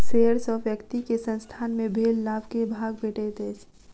share सॅ व्यक्ति के संसथान मे भेल लाभ के भाग भेटैत अछि